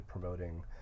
promoting